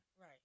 Right